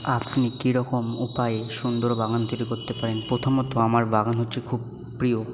আপনি কীরকম উপায়ে সুন্দর বাগান তৈরি করতে পারেন প্রথমত আমার বাগান হচ্ছে খুব প্রিয়